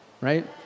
right